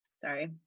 sorry